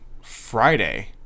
Friday